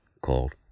called